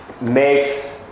makes